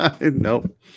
Nope